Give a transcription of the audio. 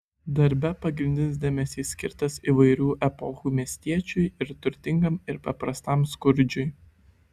darbe pagrindinis dėmesys skirtas įvairių epochų miestiečiui ir turtingam ir paprastam skurdžiui